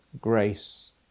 Grace